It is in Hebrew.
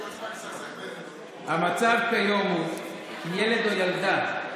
המצב כיום הוא שכשילד או ילדה,